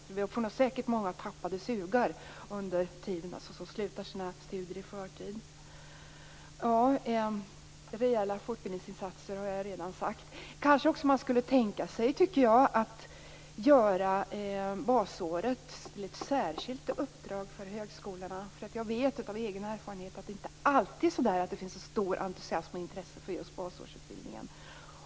Under tiden får vi säkert räkna med många "tappade sugar", dvs. många som kommer att avsluta sina studier i förtid. Behovet av rejäla fortbildningsinsatser har jag redan tagit upp. Kanske skulle man också kunna tänka sig att göra basåret till ett särskilt uppdrag för högskolorna. Jag vet av egen erfarenhet att det inte alltid är så stor entusiasm och intresse för just basårsutbildningen.